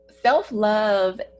Self-love